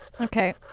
Okay